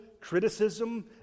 criticism